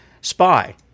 spy